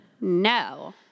No